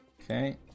Okay